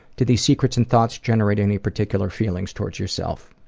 do these secrets and thoughts generate any particular feelings towards yourself?